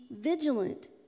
vigilant